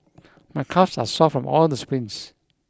my calves are sore from all the sprints